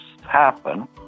happen